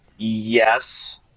Yes